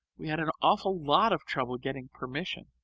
we had an awful lot of trouble getting permission.